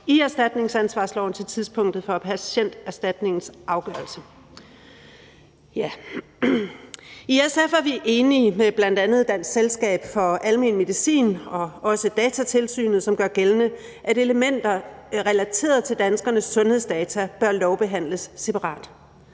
i erstatningsansvarsloven til tidspunktet for Patienterstatningens afgørelse. I SF er vi enige med bl.a. Dansk Selskab for Almen Medicin og også Datatilsynet, som gør gældende, at elementer relateret til danskernes sundhedsdata bør lovbehandles separat.